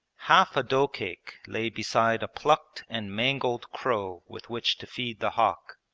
half a dough-cake lay beside a plucked and mangled crow with which to feed the hawk.